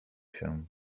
się